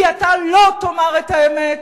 כי אתה לא תאמר את האמת,